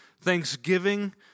Thanksgiving